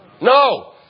No